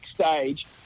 stage